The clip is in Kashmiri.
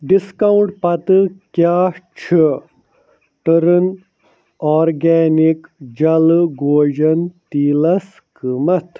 ڈسکاونٛٹ پتہٕ کیٛاہ چھُ ٹٔرٕن آورگینِک جلہٕ گوجیٚن تیٖلس قۭمتھ